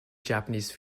japanese